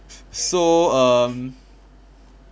so um